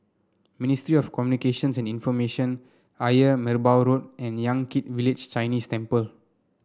Ministry of Communications and Information Ayer Merbau Road and Yan Kit Village Chinese Temple